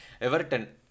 Everton